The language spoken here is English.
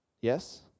Yes